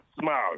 smile